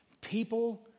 people